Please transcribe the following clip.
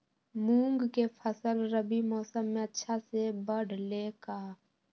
मूंग के फसल रबी मौसम में अच्छा से बढ़ ले का?